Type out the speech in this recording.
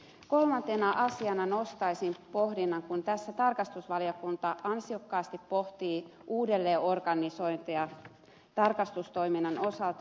kolmantena asiana nostaisin pohdinnan jossa tarkastusvaliokunta ansiokkaasti pohtii uudelleenorganisointeja tarkastustoiminnan osalta